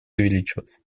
увеличилось